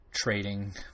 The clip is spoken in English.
Trading